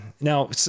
Now